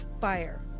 Fire